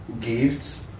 gifts